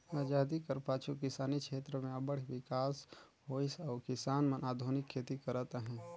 अजादी कर पाछू किसानी छेत्र में अब्बड़ बिकास होइस अउ किसान मन आधुनिक खेती करत अहें